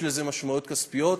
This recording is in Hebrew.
יש לזה משמעויות כספיות,